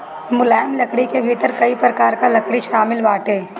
मुलायम लकड़ी के भीतर कई प्रकार कअ लकड़ी शामिल बाटे